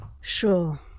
Sure